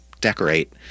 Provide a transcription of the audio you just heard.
decorate